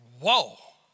whoa